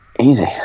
easy